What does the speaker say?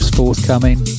forthcoming